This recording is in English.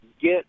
get